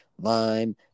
lime